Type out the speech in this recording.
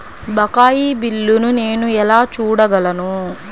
బకాయి బిల్లును నేను ఎలా చూడగలను?